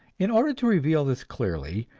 in order to reveal this clearly,